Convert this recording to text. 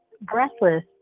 Breathless